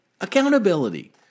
accountability